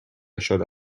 شده